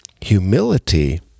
Humility